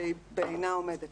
שהיא בעינה עומדת.